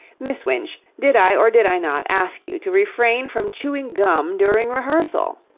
miss winch, did i or did i not ask you to refrain from chewing gum during rehearsal?